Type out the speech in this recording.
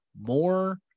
more